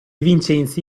vincenzi